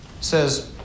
says